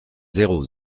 zéro